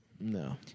No